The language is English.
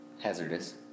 Hazardous